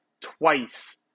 twice